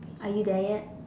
are you there yet